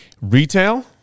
Retail